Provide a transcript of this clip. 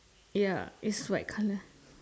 ya it's white colour